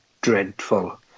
dreadful